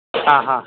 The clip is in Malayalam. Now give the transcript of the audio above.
ആ ഹാ